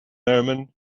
omen